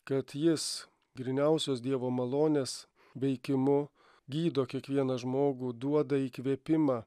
kad jis gryniausios dievo malonės veikimu gydo kiekvieną žmogų duoda įkvėpimą